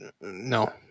No